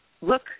look